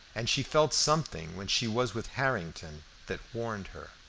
and she felt something when she was with harrington that warned her.